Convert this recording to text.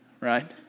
right